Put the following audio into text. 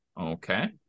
Okay